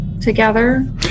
together